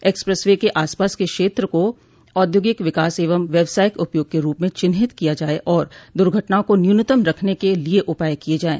express way के आसपास के क्षेत्रों को औद्योगिक विकास एवं व्यवसायिक उपयोग के रूप में चिन्हित किया जाये और दुर्घटनाओं को न्यूनतम रखने के लिये उपाय किये जाये